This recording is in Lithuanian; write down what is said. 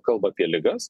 kalba apie ligas